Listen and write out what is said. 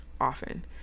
often